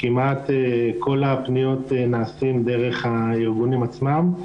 כמעט כל הפניות נעשות דרך הארגונים עצמם.